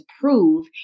prove